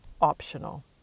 optional